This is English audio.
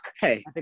Hey